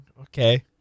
Okay